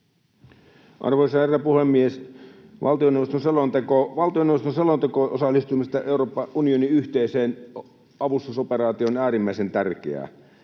Arvoisa herra puhemies! Valtioneuvoston selonteko osallistumisesta Euroopan unionin yhteiseen avustusoperaation on äärimmäisen tärkeä.